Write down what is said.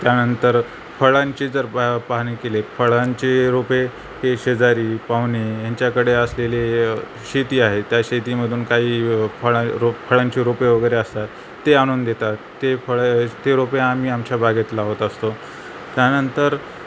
त्यानंतर फळांची जर पा पाहणी केले फळांचे रोपे हे शेजारी पाहुणे यांच्याकडे असलेले शेती आहे त्या शेतीमधून काही फळांचे रो फळांचे रोपे वगैरे असतात ते आणून देतात ते फळ ते रोपे आम्ही आमच्या बागेत लावत असतो त्यानंतर